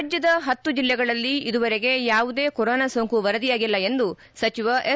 ರಾಜ್ಯದ ಪತ್ತು ಜಿಲ್ಲೆಗಳಲ್ಲಿ ಇದುವರೆಗೆ ಯಾವುದೇ ಕೊರೊನಾ ಸೋಂಕು ವರದಿಯಾಗಿಲ್ಲ ಎಂದು ಸಚಿವ ಎಸ್